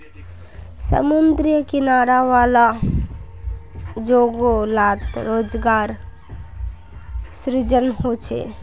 समुद्री किनारा वाला जोगो लात रोज़गार सृजन होचे